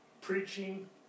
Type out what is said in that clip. preaching